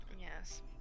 Yes